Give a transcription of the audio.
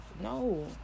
No